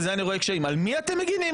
בזה אני רואה קשיים על מי אתם מגנים,